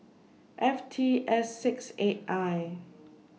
F T S six eight I